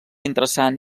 interessant